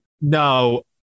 No